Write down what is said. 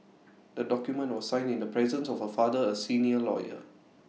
the document was signed in the presence of her father A senior lawyer